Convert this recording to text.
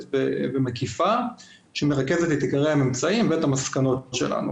ומקיפה שמרכזת את עיקרי הממצאים ואת המסקנות שלנו.